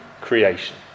creation